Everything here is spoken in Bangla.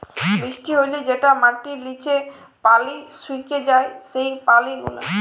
বৃষ্টি হ্যলে যেটা মাটির লিচে পালি সুকে যায় সেই পালি গুলা